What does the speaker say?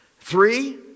Three